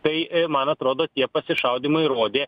tai man atrodo tie pasišaudymai rodė